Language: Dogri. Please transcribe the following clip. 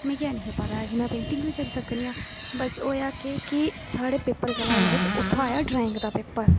मिगी हैन्नी पता हा कि में पेंटिंग बी करा सकनी आं बचपन च होएआ केह् कि साढ़े पेपर चला दे हे ते उत्थें होएआ ड्राइंग दा पेपर